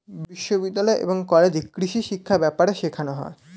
বিশ্ববিদ্যালয় এবং কলেজে কৃষিশিক্ষা ব্যাপারে শেখানো হয়